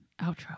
outro